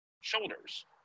shoulders